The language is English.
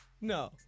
no